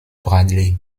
bradley